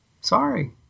Sorry